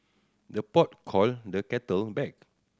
the pot call the kettle black